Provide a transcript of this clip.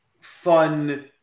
fun